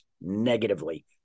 negatively